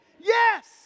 Yes